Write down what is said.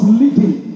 leading